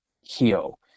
heal